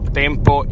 tempo